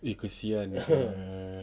eh kesian ah